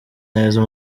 neza